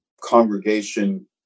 congregation